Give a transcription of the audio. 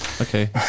Okay